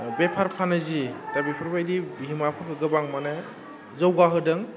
बेफार फालांगि दा बेफोरबायदि बिहोमाफोरखौ गोबां माने जौगाहोदों